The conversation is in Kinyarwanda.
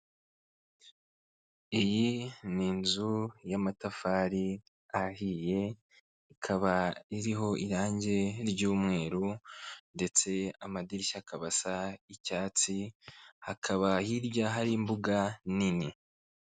Iyi ni inzu y'amatafari ahiye, ikaba iriho irangi ry'umweru ndetse amadirishya akaba asa icyatsi, hakaba hirya hari imbuga nini.